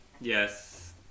Yes